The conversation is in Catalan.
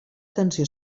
atenció